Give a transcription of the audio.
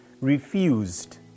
refused